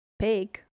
pig